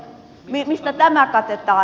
mistä tämä katetaan